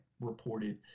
reported